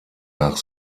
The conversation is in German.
nach